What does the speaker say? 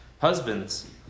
Husbands